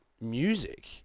music